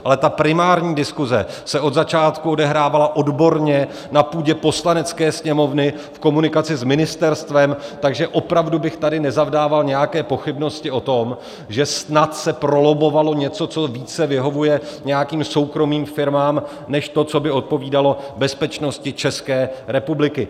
Ale primární diskuze se od začátku odehrávala odborně na půdě Poslanecké sněmovny v komunikaci s ministerstvem, takže opravdu bych tady nezavdával nějaké pochybnosti o tom, že snad se prolobbovalo něco, co více vyhovuje nějakým soukromým firmám, než to, co by odpovídalo bezpečnosti České republiky.